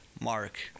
mark